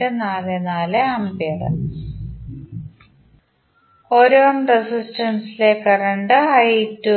44A ഉം 1 ഓം റെസിസ്റ്റൻസിലെ കറന്റ് I2